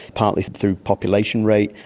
partly through population rate,